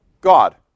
God